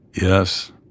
Yes